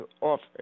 offer